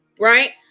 right